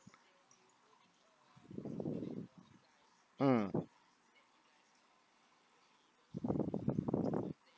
mm